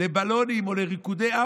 לבלונים או לריקודי עם,